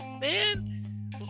man